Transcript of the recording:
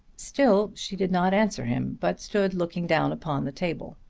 still she did not answer him but stood looking down upon the table.